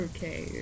Okay